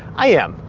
i am,